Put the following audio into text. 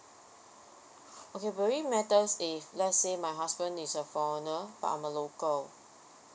okay will it matter if let's say my husband is a foreigner but I'm a local